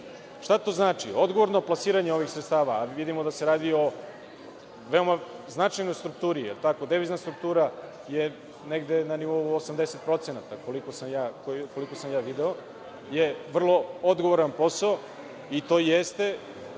to znači? Odgovorno plasiranje ovih sredstava, a vidimo da se radi o veoma značajnoj strukturi, devizna struktura je negde na nivou 80%, koliko sam ja video, je vrlo odgovoran posao i to jeste